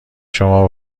شما